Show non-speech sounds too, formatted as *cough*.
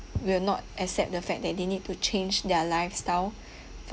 *noise* will not accept the fact that they need to change their lifestyle